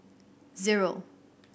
zero